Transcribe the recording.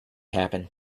happen